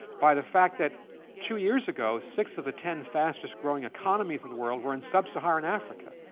by the fact that two years ago six of the ten fastest growing economies of the world were in sub-saharan africa,